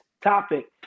topic